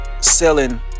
selling